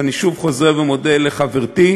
ואני שוב חוזר ומודה לחברתי,